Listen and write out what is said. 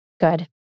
good